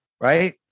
right